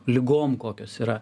ligom kokios yra